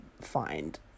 find